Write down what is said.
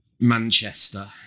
Manchester